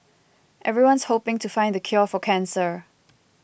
everyone's hoping to find the cure for cancer